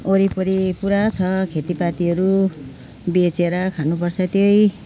वरिपरि पुरा छ खेतीपातीहरू बेचेर खानुपर्छ त्यही